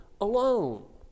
alone